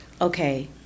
okay